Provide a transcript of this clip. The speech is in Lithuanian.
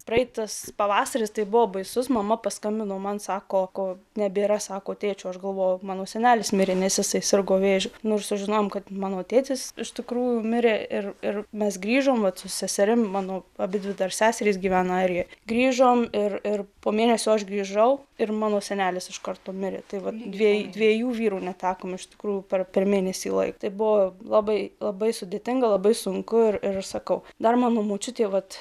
praeitas pavasaris tai buvo baisus mama paskambino man sako nebėra sako tėčio aš galvoju mano senelis mirė nes jisai sirgo vėžiu nors sužinojom kad mano tėtis iš tikrųjų mirė ir mes grįžom vat su seserim mano abidvi dar seserys gyvena airijoje grįžom ir ir po mėnesio aš grįžau ir mano senelis iš karto mirė tai va dviejų dviejų vyrų netekome iš tikrųjų per mėnesį laiko buvo labai labai sudėtinga labai sunku ir sakau dar mano močiutė vat